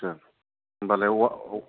आतसा होमबालाय